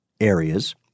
areas